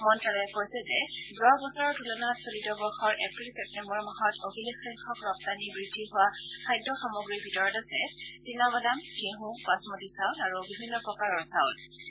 মন্ত্যালয়ে কৈছে যে যোৱা বছৰৰ তুলনাত চলিত বৰ্যৰ এপ্ৰিল ছেপ্তেম্বৰ মাহত অভিলেখসংখ্যক ৰপ্তানি বৃদ্ধি হোৱা খাদ্য সামগ্ৰীৰ ভিতৰত আছে চিনা বাদাম সংশোধীত চেনী ঘেছঁ বাচমতি চাউল আৰু আন বিভিন্ন প্ৰকাৰৰ চাউল আছে